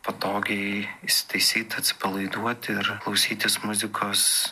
patogiai įsitaisyt atsipalaiduot ir klausytis muzikos